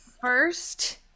first